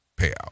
payout